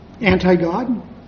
anti-God